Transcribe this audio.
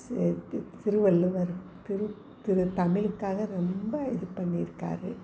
திருவள்ளுவர் திரு திரு தமிழுக்காக ரொம்ப இது பண்ணியிருக்காரு